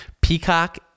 Peacock